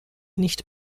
nicht